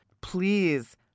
please